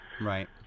Right